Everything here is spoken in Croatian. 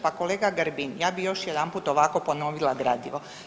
Pa kolega Grbin, ja bih još jedanput ovako ponovila gradivo.